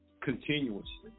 Continuously